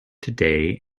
today